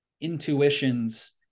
intuitions